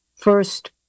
First